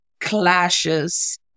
clashes